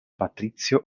patrizio